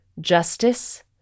justice